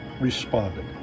responded